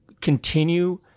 continue